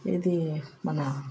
ఏది మన